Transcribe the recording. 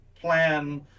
plan